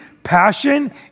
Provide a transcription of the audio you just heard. Passion